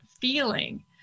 feeling